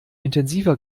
intensiver